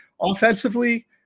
offensively